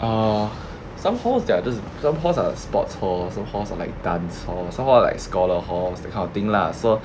uh some halls they are just some halls are sports hall some halls are like dance halls some are like scholar halls that kind of thing lah so